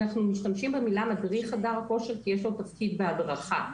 אנחנו משתמשים במילה מדריך חדר כושר כי יש לו תפקיד בהדרכה.